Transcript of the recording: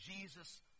Jesus